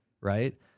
right